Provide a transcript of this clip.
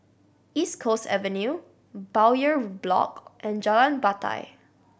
East Coast Avenue Bowyer Block and Jalan Batai